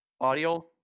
audio